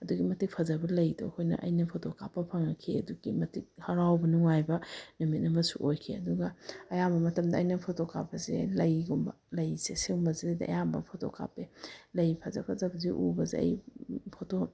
ꯑꯗꯨꯛꯀꯤ ꯃꯇꯤꯛ ꯐꯖꯕ ꯂꯩꯗꯣ ꯑꯩꯈꯣꯏꯅ ꯑꯩꯅ ꯐꯣꯇꯣ ꯀꯥꯞꯄ ꯐꯪꯉꯛꯈꯤ ꯑꯗꯨꯛꯀꯤ ꯃꯇꯤꯛ ꯍꯔꯥꯎꯕ ꯅꯨꯡꯉꯥꯏꯕ ꯅꯨꯃꯤꯠ ꯑꯃꯁꯨ ꯑꯣꯏꯈꯤ ꯑꯗꯨꯒ ꯑꯌꯥꯝꯕ ꯃꯇꯝꯗ ꯑꯩꯅ ꯐꯣꯇꯣ ꯀꯥꯞꯄꯁꯦ ꯂꯩꯒꯨꯝꯕ ꯂꯩꯁꯦ ꯁꯤꯒꯨꯝꯕꯁꯤꯗꯩꯗ ꯑꯌꯥꯝꯕ ꯐꯣꯇꯣ ꯀꯥꯞꯄꯦ ꯂꯩ ꯐꯖ ꯐꯖꯕꯁꯦ ꯎꯕꯁꯦ ꯑꯩ ꯐꯣꯇꯣ